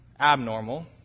abnormal